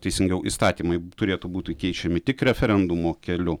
teisingiau įstatymai turėtų būti keičiami tik referendumo keliu